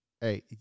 Hey